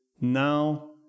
now